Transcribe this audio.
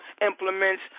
implements